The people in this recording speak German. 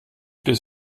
bis